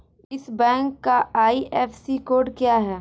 इस बैंक का IFSC code क्या है?